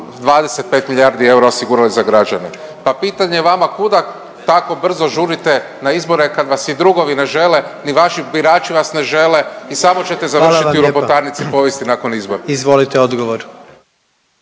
25 milijardi eura osigurali za građane. Pa pitanje vama kuda tako brzo žurite na izbore kad vas i drugovi ne žele, ni vaši birači vas ne žele i samo ćete završiti …/Upadica predsjednik: Hvala vam